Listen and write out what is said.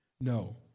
No